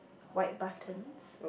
white buttons